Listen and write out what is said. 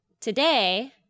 today